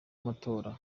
amatora